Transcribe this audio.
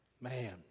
Man